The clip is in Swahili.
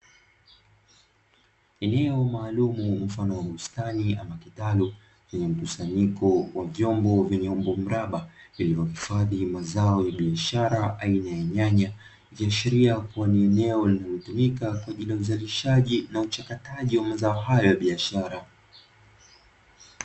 Eneo maalumu mfano wa bustani ama kitalu lenye mkusanyiko wa vyombo vyenye umbo mraba, vilivyohifadhi mazao ya biashara aina ya nyanya, ikiashiria kuwa ni eneo linalotumika kwaajili ya uzalishaji na uchakataji wa mazao hayo ya biashara.